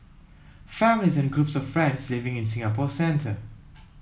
families and groups of friends living in Singapore's centre